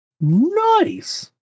Nice